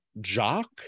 Jock